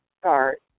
start